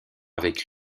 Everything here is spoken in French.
avec